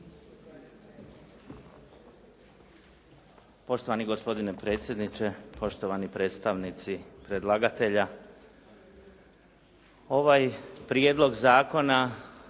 Poštovani gospodine predsjedniče. Poštovani predstavnici predlagatelja. Ovaj prijedlog zakona